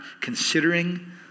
considering